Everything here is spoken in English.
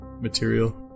material